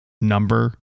number